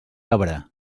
arbre